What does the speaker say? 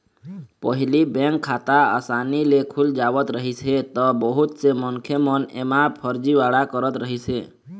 पहिली बेंक खाता असानी ले खुल जावत रहिस हे त बहुत से मनखे मन एमा फरजीवाड़ा करत रहिस हे